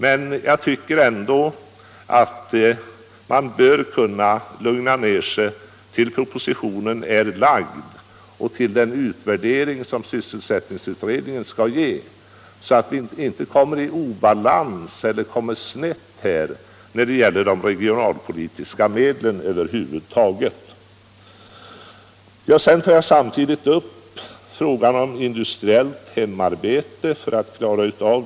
Men jag tycker ändå att man bör kunna lugna sig till propositionen är lagd och vi fått den utvärdering som sysselsättningsutredningen skall ge, så att vi inte kommer snett när det gäller de regionalpolitiska medlen. Sedan vill jag ta upp frågan om industriellt hemarbete.